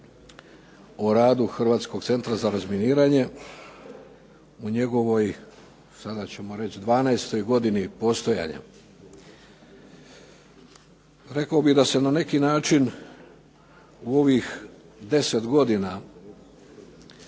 o radu Hrvatskog centra za razminiranje u njegovoj sada ćemo reći 12.-toj godini postojanja. Rekao bih da se na neki način u ovih 10 godina